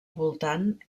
voltant